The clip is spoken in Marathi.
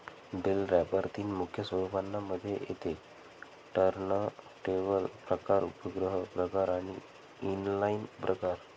बेल रॅपर तीन मुख्य स्वरूपांना मध्ये येते टर्नटेबल प्रकार, उपग्रह प्रकार आणि इनलाईन प्रकार